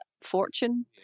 fortune